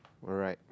alright